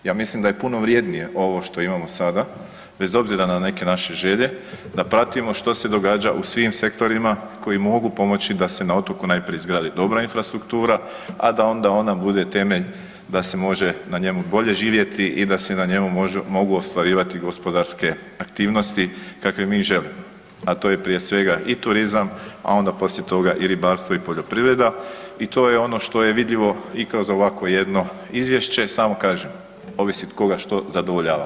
Ja mislim da je puno vrijednije ovo što imamo sada bez obzira na neke naše želje da pratimo što se događa u svim sektorima koji mogu pomoći da se na otoku najprije izgradi dobra infrastruktura, a da onda ona bude temelj da se može na njemu bolje živjeti i da se na njemu mogu ostvarivati gospodarske aktivnosti kakve mi želimo, a to je prije svega i turizam, a onda poslije toga i ribarstvo i poljoprivreda i to je ono što je vidljivo i kroz ovakvo jedno izvješće, samo kažem ovisi koga što zadovoljava.